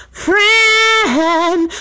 friend